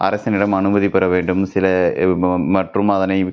அரசினிடம் அனுமதி பெற வேண்டும் சில மற்றும் அதனை